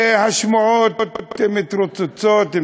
והשמועות מתרוצצות,